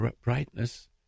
brightness